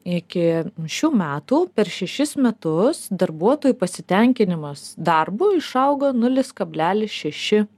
iki šių metų per šešis metus darbuotojų pasitenkinimas darbu išaugo nulis kablelis šeši